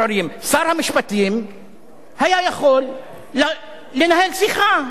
שר המשפטים היה יכול לנהל שיחה עם הנשיא.